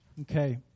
Okay